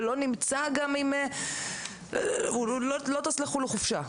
והוא לא נמצא לא בגלל שהוא טס לחו"ל לחופשה.